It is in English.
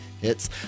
hits